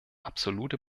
absolute